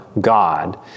God